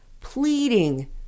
pleading